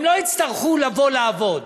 הם לא יצטרכו לבוא לעבוד.